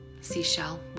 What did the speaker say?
seashell